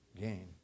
gain